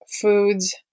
foods